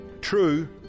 True